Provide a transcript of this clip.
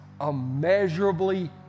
immeasurably